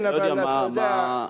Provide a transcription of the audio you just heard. אני לא יודע מה זה אומר.